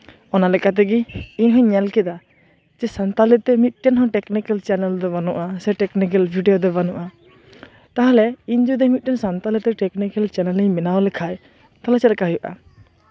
ᱚᱱᱟ ᱞᱮᱠᱟ ᱛᱮᱜᱮ ᱤᱧ ᱦᱚᱸᱧ ᱧᱮᱞ ᱠᱮᱫᱟ ᱡᱮ ᱥᱟᱱᱛᱟᱞᱤᱛᱮ ᱢᱤᱫᱴᱮᱱ ᱦᱚᱸ ᱴᱮᱠᱱᱤᱠᱮᱞ ᱪᱮᱱᱮᱞ ᱫᱚ ᱵᱟᱹᱱᱩᱜᱼᱟ ᱥᱮ ᱴᱮᱠᱱᱤᱠᱮᱞ ᱵᱷᱤᱰᱭᱳ ᱫᱚ ᱵᱟᱹᱱᱩᱜᱼᱟ ᱛᱟᱦᱞᱮ ᱤᱧ ᱡᱩᱫᱤ ᱢᱤᱫᱴᱮᱱ ᱥᱟᱱᱛᱟᱞᱤ ᱛᱮ ᱴᱮᱠᱱᱤᱠᱮᱞ ᱪᱮᱱᱮᱞ ᱤᱧ ᱵᱮᱱᱟᱣ ᱞᱮᱠᱷᱟᱡ ᱛᱚᱵᱮ ᱪᱮᱫᱞᱮᱠᱟ ᱦᱩᱭᱩᱜᱼᱟ